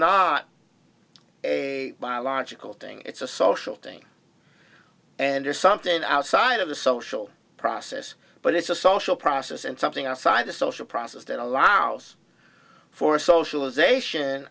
not a biological thing it's a social thing and or something outside of the social process but it's a social process and something outside of social process that allows for socialization